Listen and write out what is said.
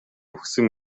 үхсэн